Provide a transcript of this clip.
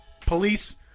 police